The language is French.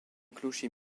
clocher